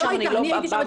היא לא הייתה.